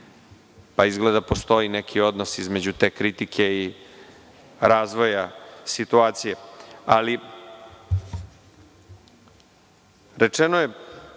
pa izgleda postoji neki odnos između te kritike, razvoja situacije. Ali,